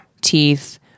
teeth